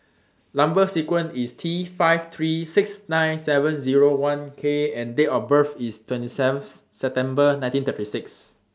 Number sequence IS T five three six nine seven Zero one K and Date of birth IS twenty seven September nineteen thirty six